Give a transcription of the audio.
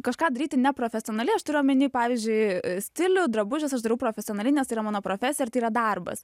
kažką daryti neprofesionaliai aš turiu omeny pavyzdžiui stilių drabužius aš darau profesionaliai nes tai yra mano profesija ir tai yra darbas